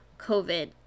COVID